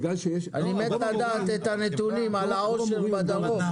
אני רוצה לדעת על הנתונים על העושר בצפון.